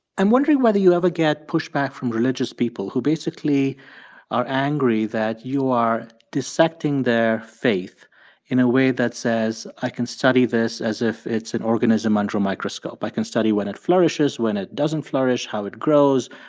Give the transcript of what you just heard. i'm wondering whether you ever get pushback from religious people who basically are angry that you are dissecting their faith in a way that says, i can study this as if it's an organism under a microscope. i can study when it flourishes, when it doesn't flourish, how it grows,